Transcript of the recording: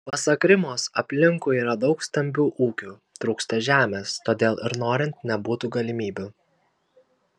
pasak rimos aplinkui yra daug stambių ūkių trūksta žemės todėl ir norint nebūtų galimybių